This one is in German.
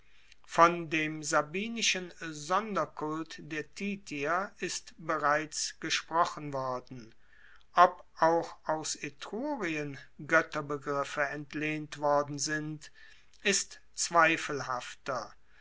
von dem sabinischen sonderkult der titier ist bereits gesprochen worden ob auch aus etrurien goetterbegriffe entlehnt worden sind ist zweifelhafter